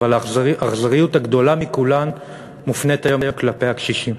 אבל האכזריות הגדולה מכולן מופנית היום כלפי הקשישים.